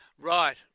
Right